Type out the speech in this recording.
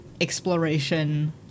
Exploration